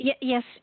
Yes